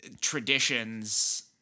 traditions